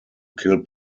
kill